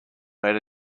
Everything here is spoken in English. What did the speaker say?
made